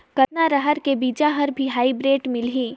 कतना रहर के बीजा हर भी हाईब्रिड मिलही?